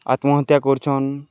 ଆତ୍ମହତ୍ୟା କରୁଛନ୍